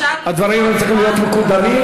הדברים צריכים להיות מקודמים.